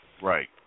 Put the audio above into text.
Right